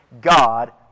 God